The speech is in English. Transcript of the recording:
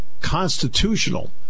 constitutional